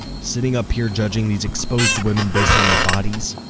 sitting up here judging these exposed women based on their bodies.